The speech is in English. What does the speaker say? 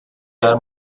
are